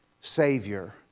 savior